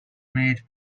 made